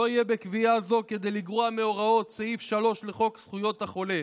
לא יהיה בקביעה זו כדי לגרוע מהוראות סעיף 3 לחוק זכויות החולה.